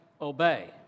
obey